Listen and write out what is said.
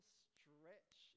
stretch